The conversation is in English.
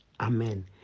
Amen